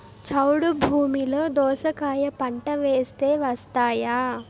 చౌడు భూమిలో దోస కాయ పంట వేస్తే వస్తాయా?